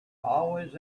always